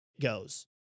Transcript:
goes